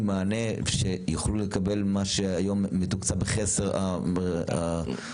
מענה שיוכלו לקבל מה שהיום מתוקצב בחסר במרכזים?